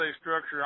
structure